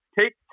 Take